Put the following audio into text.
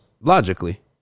Logically